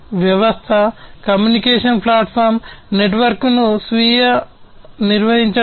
వ్యవస్థ communication platform నెట్వర్క్ను స్వీయ నిర్వహించడానికి